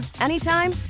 anytime